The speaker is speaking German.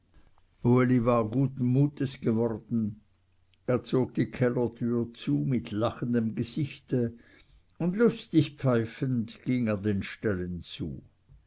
guten mutes geworden er zog die kellertüre zu mit lachendem gesichte und lustig pfeifend ging er den ställen zu